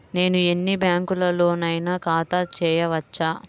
నేను ఎన్ని బ్యాంకులలోనైనా ఖాతా చేయవచ్చా?